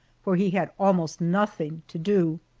where he had almost nothing to do.